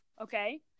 okay